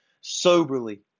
soberly